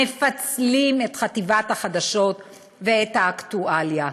מפצלים את חטיבת החדשות ואת האקטואליה,